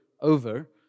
over